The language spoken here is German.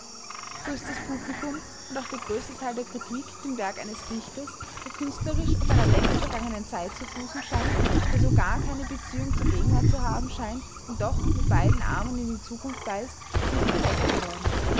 so ist das publikum und auch der größte teil der kritik dem werk eines dichters der künstlerisch auf einer längst vergangenen zeit zu fußen scheint der so gar keine beziehungen zur gegenwart zu haben scheint und doch mit beiden armen in die zukunft weist nicht gerecht geworden